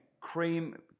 cream